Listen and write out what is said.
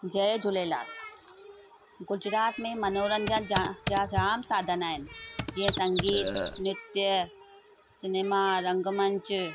जय झूलेलाल गुजरात में मनोरंजन जा जामु साधन आहिनि जीअं संगीत नृत्य सिनेमा रंगमंच